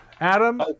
Adam